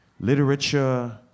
literature